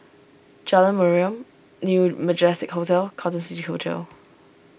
Jalan Mariam New Majestic Hotel Carlton City Hotel